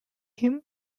him